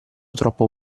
troppo